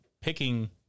picking